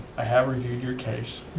i have reviewed your case.